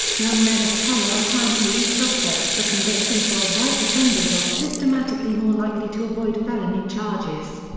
young men of color are prime police suspects for convictions while white offenders are systematically more likely to avoid felony charges.